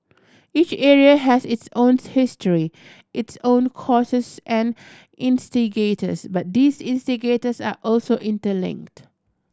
each area has its own history its own causes and instigators but these instigators are also interlinked